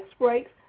breaks